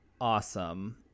awesome